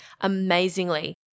amazingly